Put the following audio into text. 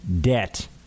debt